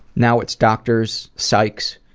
now it's doctors, psychs,